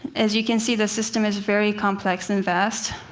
as you can see, the system is very complex and vast.